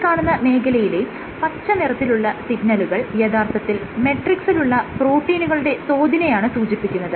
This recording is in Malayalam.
ഈ കാണുന്ന മേഖലയിലെ പച്ച നിറത്തിലുള്ള സിഗ്നലുകൾ യഥാർത്ഥത്തിൽ മെട്രിക്സിലുള്ള പ്രോട്ടീനുകളുടെ തോതിനെയാണ് സൂചിപ്പിക്കുന്നത്